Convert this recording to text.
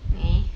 eh